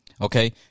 okay